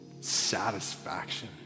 satisfaction